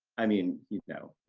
i mean, you know,